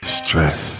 stress